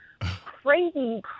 crazy